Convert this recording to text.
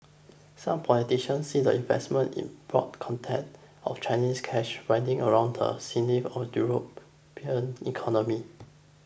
some politicians see the investment in broad context of Chinese cash winding around the sinews of European economy